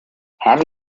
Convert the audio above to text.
have